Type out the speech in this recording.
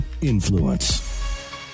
Influence